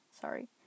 Sorry